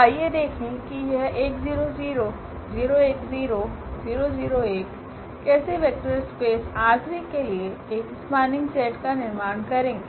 तो आइए देखें कि यह कैसे वेक्टर स्पेस ℝ3 के लिए एक स्पनिंग सेट का निर्माण करेंगे